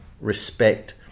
respect